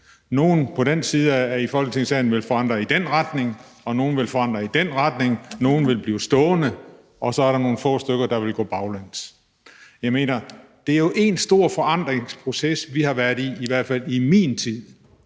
Nogle i Folketingssalen vil forandre det i den ene retning, og andre vil forandre det i den anden retning, nogle vil blive stående, og så er der nogle få stykker, der vil gå baglæns. Jeg mener: Det er jo én stor forandringsproces, vi har været igennem i hvert fald i min tid.